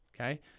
okay